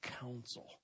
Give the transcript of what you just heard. counsel